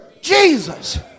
Jesus